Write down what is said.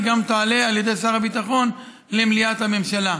היא תעלה על ידי שר הביטחון למליאת הממשלה.